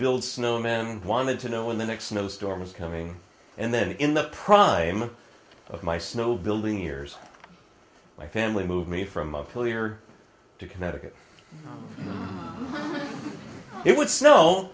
build snow men wanted to know when the next snow storm was coming and then in the prime of my snow building years my family moved me from my failure to connecticut it would snow